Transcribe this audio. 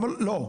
לא.